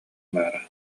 баара